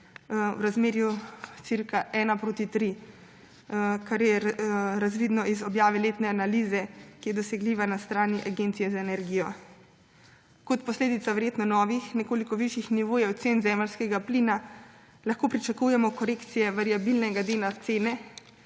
v razmerju okoli 1 : 3, kar je razvidno iz objave letne analize, ki je dosegljiva na strani Agencije za energijo. Kot posledica verjetno novih, nekoliko višjih nivojev cen zemeljskega plina lahko pričakujemo korekcije variabilnega dela cene